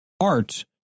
Art